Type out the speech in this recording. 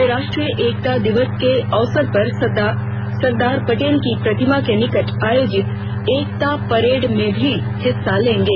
वे राष्ट्रीय एकता दिवस के अवसर पर सरदार पटेल की प्रतिमा के निकट आयोजित एकता परेड में भी हिस्सा लेंगे